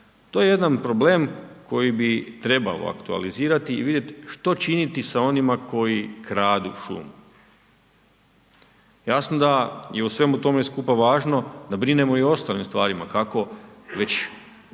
to je jedan problem koji bi trebalo aktualizirati i vidjeti što činiti sa onima koji kradu šumu. Jasno da je u svemu tome skupa važno da brinemo i o ostalim stvarima, kako već